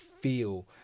feel